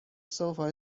sofa